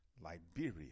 Liberia